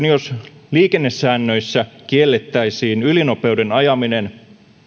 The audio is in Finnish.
jos liikennesäännöissä kiellettäisiin ylinopeuden ajaminen